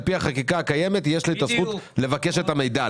פי החקיקה הקיימת יש לך את הזכות לבקש את המידע,